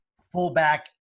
fullback